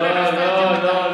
לא לא לא,